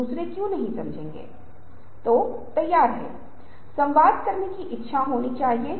यह एक प्रिंट और मल्टीमीडिया के बीच संबंध की डिग्री है जो आज हमारे दैनिक जीवन में होता है